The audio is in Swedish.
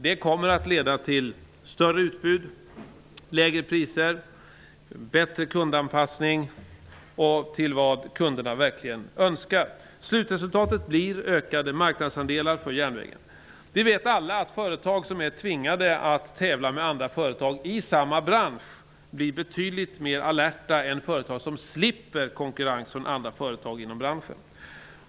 Det kommer att leda till större utbud, lägre priser, bättre kundanpassning och till vad kunderna verkligen önskar. Slutresultatet blir ökade marknadsandelar för järnvägen. Vi vet alla att företag som är tvingade att tävla med andra företag i samma bransch blir betydligt mer alerta än företag som slipper konkurrens från andra företag inom branschen.